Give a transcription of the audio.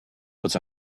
but